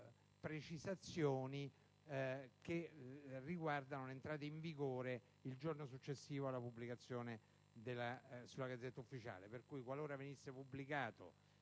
precisazioni che riguardano l'entrata in vigore il giorno successivo alla pubblicazione sulla *Gazzetta Ufficiale*. Qualora il provvedimento